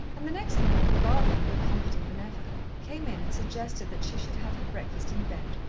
and the next morning barbara, more competent than ever, came in and suggested that she should have her breakfast in bed,